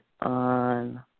on